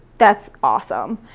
that's awesome.